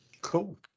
Cool